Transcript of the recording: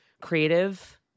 creative